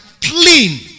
clean